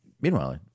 Meanwhile